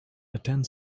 attend